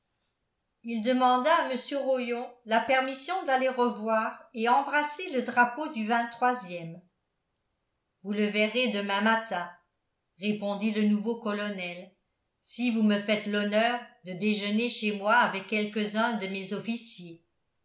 il demanda à mr rollon la permission d'aller revoir et embrasser le drapeau du ème vous le verrez demain matin répondit le nouveau colonel si vous me faites l'honneur de déjeuner chez moi avec quelques-uns de mes officiers